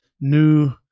new